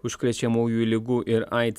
užkrečiamųjų ligų ir aids